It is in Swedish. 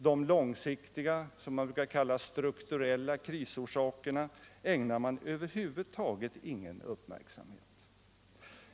De långsiktiga strukturella krisorsakerna ägnar man över huvud taget ingen uppmärksamhet.